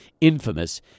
infamous